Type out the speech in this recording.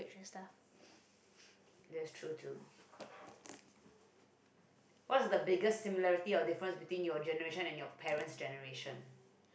and stuff